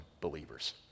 believers